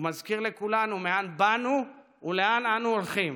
ומזכיר לכולנו מאין באנו ולאן אנו הולכים.